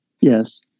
Yes